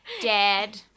Dad